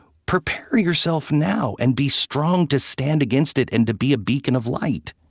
prepare yourself now and be strong to stand against it and to be a beacon of light.